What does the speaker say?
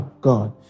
God